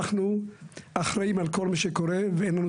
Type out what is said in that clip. אנחנו אחראים על כל מה שקורה ואין לנו